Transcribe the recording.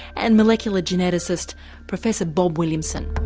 and molecular geneticist professor bob williamson.